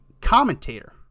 commentator